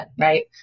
right